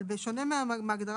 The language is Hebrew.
אבל בשונה מההגדרה